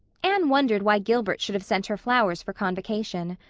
anne wondered why gilbert should have sent her flowers for convocation.